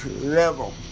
level